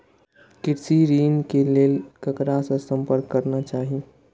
कृषि ऋण के लेल ककरा से संपर्क करना चाही?